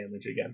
again